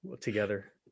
together